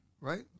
Right